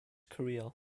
career